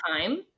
time